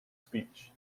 speech